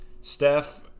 Steph